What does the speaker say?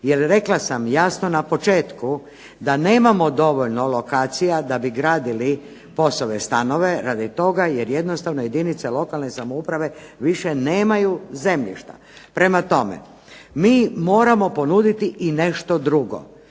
Jer rekla sam jasno na početku da nemamo dovoljno lokacija da bi gradili POS-ove stanove, radi toga jer jednostavno jedinice lokalne samouprave više nemaju zemljišta. Prema tome, mi moramo ponuditi i nešto drugo.